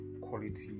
quality